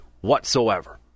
whatsoever